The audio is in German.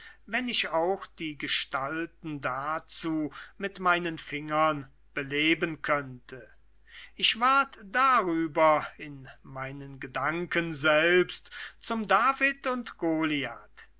wenn ich auch die gestalten dazu mit meinen fingern beleben könnte ich ward darüber in meinen gedanken selbst zum david und goliath